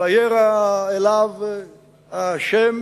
וירא אליו השם